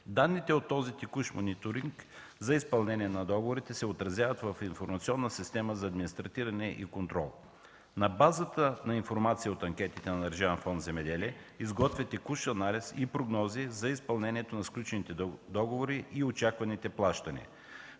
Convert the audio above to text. Данните от този текущ мониторинг за изпълнение на договорите се отразяват в информационна система за администриране и контрол. На базата на информация от анкетите на Държавен фонд „Земеделие” се изготвя текущ анализ и прогнози за изпълнението на сключените договори и очакваните плащания,